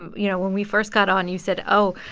you know, when we first got on, you said, oh,